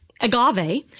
agave